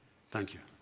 thank you.